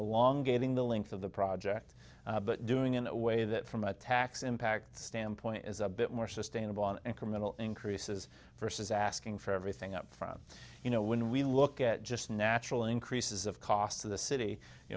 a long getting the length of the project but doing in a way that from a tax impact standpoint is a bit more sustainable on incremental increases versus asking for everything upfront you know when we look at just natural increases of cost to the city you